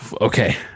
okay